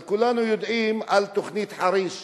כולנו יודעים על תוכנית חריש.